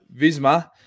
Visma